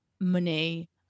Money